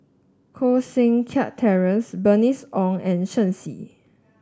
Koh Seng Kiat Terence Bernice Ong and Shen Xi